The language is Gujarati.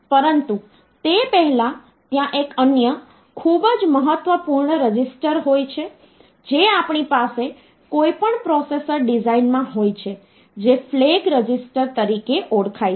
પરંતુ તે પહેલા ત્યાં એક અન્ય ખૂબ જ મહત્વપૂર્ણ રજીસ્ટર હોય છે જે આપણી પાસે કોઈપણ પ્રોસેસર ડિઝાઇનમાં હોય છે જે ફ્લેગ રજીસ્ટર તરીકે ઓળખાય છે